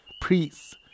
priests